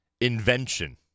invention